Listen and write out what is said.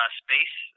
space